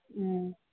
ꯎꯝ